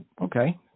Okay